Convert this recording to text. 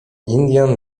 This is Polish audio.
indian